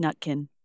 Nutkin